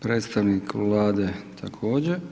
Predstavnik Vlade također.